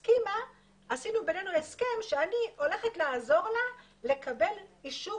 ועשינו בינינו הסכם לפיו אני הולכת לעזור לה לקבל אישור